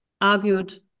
argued